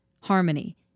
harmony